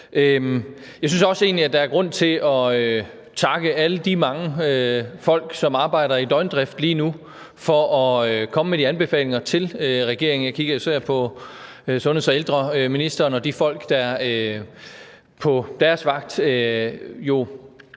egentlig også, at der er grund til at takke alle de mange folk, som arbejder i døgndrift lige nu for at komme med de anbefalinger til regeringen. Jeg kigger især på sundheds- og ældreministeren og på de folk, der på deres vagt